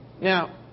Now